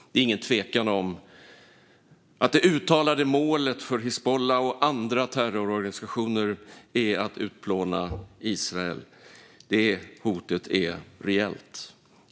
Det är ingen tvekan om att det uttalade målet för Hizbullah och andra terrororganisationer är att utplåna Israel. Det hotet är reellt.